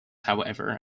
however